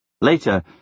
Later